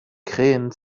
krähen